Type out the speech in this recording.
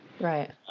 right